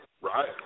right